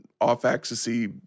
off-axis-y